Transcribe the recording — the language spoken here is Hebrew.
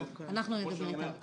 אבל כמו שאני אומר,